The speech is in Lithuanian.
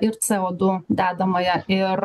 ir co du dedamąją ir